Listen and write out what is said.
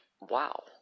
wow